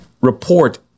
report